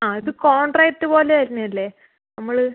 ആ ഇത് കോൺട്രാക്ട് പോലെ വരുന്നതല്ലേ നമ്മൾ